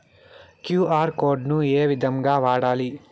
QR code ను ఏ విధంగా వాడాలి?